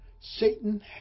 Satan